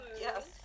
Yes